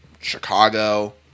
Chicago